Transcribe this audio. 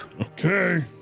Okay